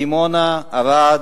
דימונה, ערד